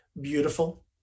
beautiful